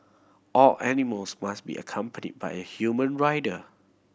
all animals must be accompanied by a human rider